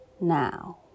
now